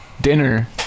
Dinner